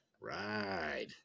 Right